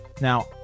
now